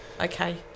Okay